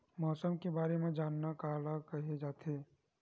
मौसम के बारे म जानना ल का कहे जाथे?